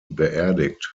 beerdigt